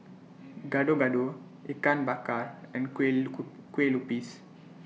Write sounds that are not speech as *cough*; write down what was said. Gado Gado Ikan Bakar and Kueh *unintelligible* Kueh Lupis